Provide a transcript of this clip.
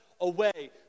away